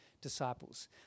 disciples